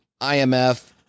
IMF